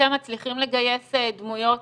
אתם מצליחים לגייס דמויות